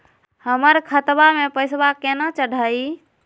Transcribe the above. हमर खतवा मे पैसवा केना चढाई?